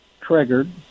triggered